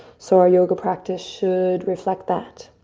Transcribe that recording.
so our yoga practice should reflect that.